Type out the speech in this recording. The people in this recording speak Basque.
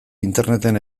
interneten